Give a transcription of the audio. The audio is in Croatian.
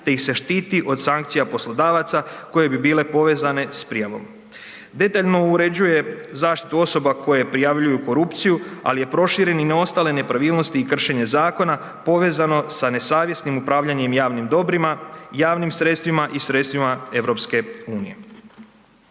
te ih se štiti od sankcija poslodavaca koje bi bile povezane s prijavom. Detaljno uređuje zaštitu osoba koje prijavljuju korupciju, ali je proširen i na ostale nepravilnosti i kršenje zakona povezano sa nesavjesnim upravljanjem javnim dobrima, javnim sredstvima i sredstvima EU.